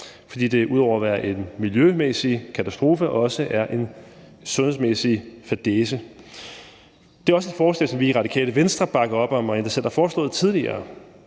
fordi det ud over at være en miljømæssig katastrofe også er en sundhedsmæssig fadæse. Det er også et forslag, som vi i Radikale Venstre bakker op om, og som vi endda selv har foreslået tidligere.